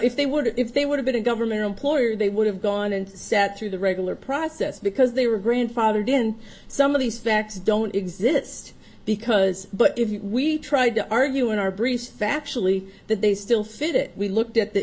if they were if they would have been a government employee they would have gone and sat through the regular process because they were grandfathered in some of these facts don't exist because but if we tried to argue in our brief factually that they still fit it we looked at the